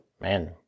Man